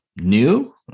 new